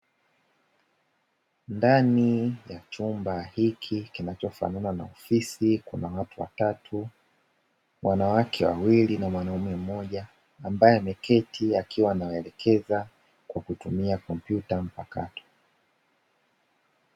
Ndani ya chumba hiki kinachofanana na ofisi kuna watu watatu wanawake wawili na mwanaume mmoja, ambae ameketi akiwa ana waelekeza kwa kutumia kompyuta mpakato.